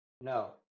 No